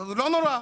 לא נורא,